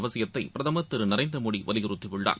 அவசியத்தை பிரதமர் திரு நரேந்திர மோடி வலியுறுத்தியுள்ளார்